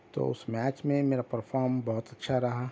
تو اس میچ میں میرا پرفارم بہت اچھا رہا